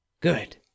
Good